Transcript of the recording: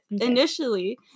initially